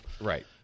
Right